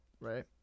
right